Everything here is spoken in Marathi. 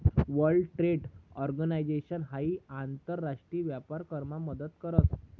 वर्ल्ड ट्रेड ऑर्गनाईजेशन हाई आंतर राष्ट्रीय व्यापार करामा मदत करस